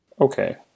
Okay